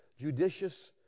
judicious